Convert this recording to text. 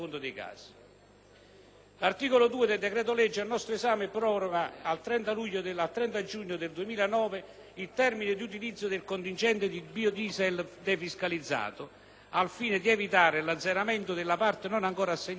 L'articolo 2 del decreto-legge al nostro esame proroga al 30 giugno 2009 il termine di utilizzo del contingente di biodiesel defiscalizzato, al fine di evitare l'azzeramento della parte non ancora assegnata nel 2008.